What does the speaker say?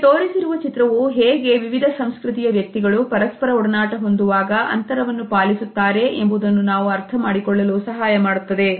ಇಲ್ಲಿ ತೋರಿಸಿರುವ ಚಿತ್ರವು ಹೇಗೆ ವಿವಿಧ ಸಂಸ್ಕೃತಿಯ ವ್ಯಕ್ತಿಗಳು ಪರಸ್ಪರ ಒಡನಾಟ ಹೊಂದುವಾಗ ಅಂತರವನ್ನು ಪಾಲಿಸುತ್ತಾರೆ ಎಂಬುದನ್ನು ನಾವು ಅರ್ಥಮಾಡಿಕೊಳ್ಳಲು ಸಹಾಯ ಮಾಡುತ್ತದೆ